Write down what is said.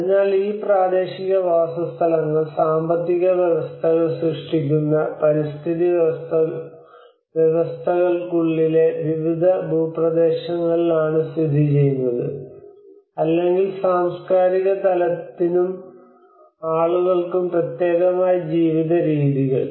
അതിനാൽ ഈ പ്രാദേശിക വാസസ്ഥലങ്ങൾ സാമ്പത്തിക വ്യവസ്ഥകൾ സൃഷ്ടിക്കുന്ന പരിസ്ഥിതി വ്യവസ്ഥകൾക്കുള്ളിലെ വിവിധ ഭൂപ്രദേശങ്ങളിലാണ് സ്ഥിതി ചെയ്യുന്നത് അല്ലെങ്കിൽ സാംസ്കാരിക തലലത്തിനും ആളുകൾക്കും പ്രത്യേകമായി ജീവിത രീതികൾ